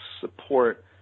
support